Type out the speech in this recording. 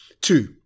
Two